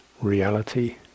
reality